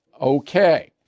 Okay